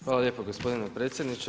Hvala lijepo gospodine potpredsjedniče.